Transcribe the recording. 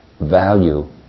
value